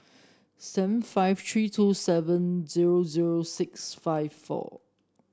seven five three two seven zero zero six five four